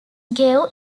gave